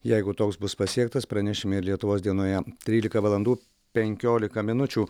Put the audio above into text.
jeigu toks bus pasiektas pranešime ir lietuvos dienoje trylika valandų penkiolika minučių